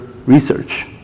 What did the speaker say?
Research